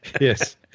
yes